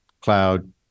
cloud